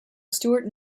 stuart